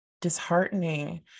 disheartening